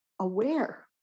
aware